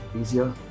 easier